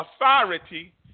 authority